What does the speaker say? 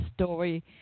story